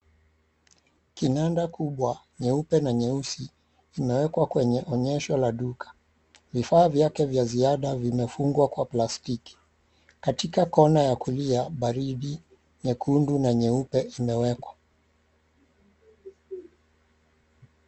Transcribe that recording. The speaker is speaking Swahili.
Kinanda kubwa nyeupe na nyeusi imewekwa kwenye onyesho la duka. Vifaa vyake vya ziada vimefungwa kwa plastiki. Katika kona ya kulia baridi nyekundu na nyeupe imewekwa.